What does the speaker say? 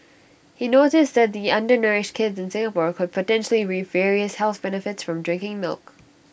he noticed that the undernourished kids in Singapore could potentially reap various health benefits from drinking milk